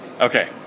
Okay